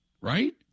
Right